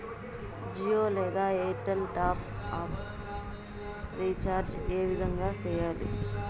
జియో లేదా Airtel top up recharge ఏ విధంగా సేయాలి